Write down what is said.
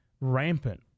rampant